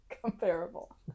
Comparable